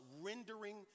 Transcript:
rendering